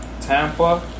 Tampa